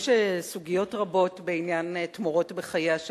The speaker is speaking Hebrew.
יש סוגיות רבות בעניין תמורות בחייה של